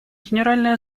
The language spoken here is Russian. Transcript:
генеральной